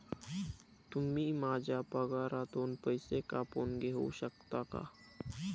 तुम्ही माझ्या पगारातून पैसे कापून घेऊ शकता का?